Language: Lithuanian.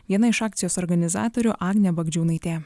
viena iš akcijos organizatorių agnė bagdžiūnaitė